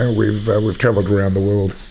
and we've we've travelled around the world.